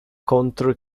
contro